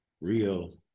real